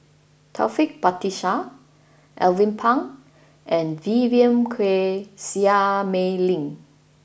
Taufik Batisah Alvin Pang and Vivien Quahe Seah Mei Lin